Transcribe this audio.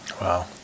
Wow